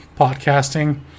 podcasting